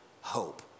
hope